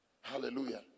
Hallelujah